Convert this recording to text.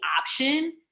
option